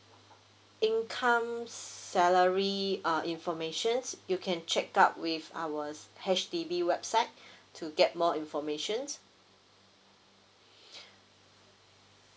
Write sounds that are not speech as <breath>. income salary uh information you can check out with our H_D_B website <breath> to get more information <breath>